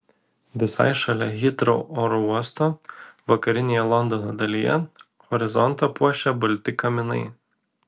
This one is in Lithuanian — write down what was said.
visai šalia hitrou oro uosto vakarinėje londono dalyje horizontą puošia balti kaminai